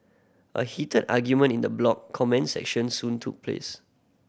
a heated argument in the blog comment section soon took place